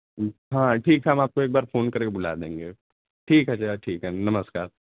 हाँ ठीक हम आपको एक बार फ़ोन कर के बुला देंगे ठीक है चाचा ठीक है नमस्कार